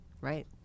Right